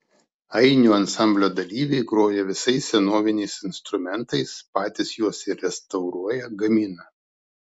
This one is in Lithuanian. ainių ansamblio dalyviai groja visais senoviniais instrumentais patys juos restauruoja gamina